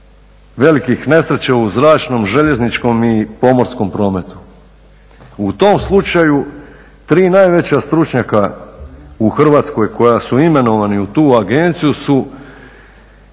velikih nesreća u zračnom, željezničkom i pomorskom prometu. U tom slučaju tri najveća stručnjaka u Hrvatskoj koja su imenovani u tu agenciju su